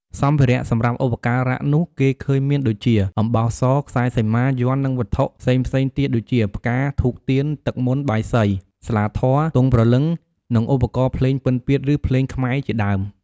សម្ភារៈសម្រាប់ឧបការៈនោះ គេឃើញមានដូចជា អំបោះស ខ្សែសីមា យ័ន្ត និងវត្ថុផ្សេងៗទៀតដូចជា ផ្កា ធូបទៀន ទឹកមន្ត បាយសី ស្លាធម៌ ទង់ព្រលឹង និងឧបករណ៍ភ្លេងពិណពាទ្យ ឬភ្លេងខ្មែរជាដើម។